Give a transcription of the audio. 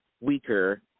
Weaker